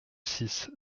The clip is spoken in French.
six